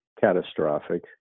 catastrophic